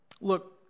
Look